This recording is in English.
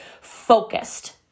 focused